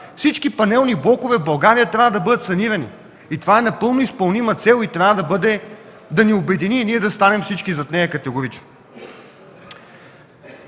всички панелни блокове в България трябва да бъдат санирани. Това е напълно изпълнима цел, която трябва да ни обедини и всички да застанем зад нея категорично.